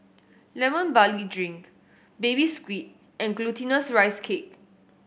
Lemon Barley Drink Baby Squid and Glutinous Rice Cake